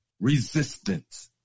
resistance